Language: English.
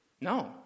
No